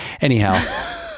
Anyhow